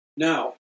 Now